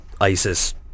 ISIS